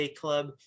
club